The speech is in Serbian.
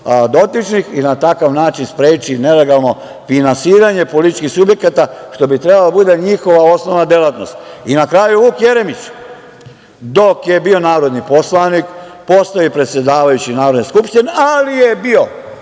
dotičnih i na takav način spreči nelegalno finansiranje političkih subjekata, što bi trebalo da bude njihova osnovna delatnost. Na kraju, Vuk Jeremić, dok je bio narodni poslanik, posle i predsedavajući Narodne skupštine, ali je bio